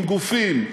עם גופים,